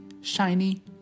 shiny